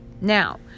Now